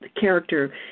character